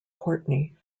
courtney